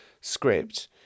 script